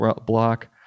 block